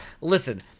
listen